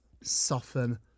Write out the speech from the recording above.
soften